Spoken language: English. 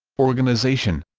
organization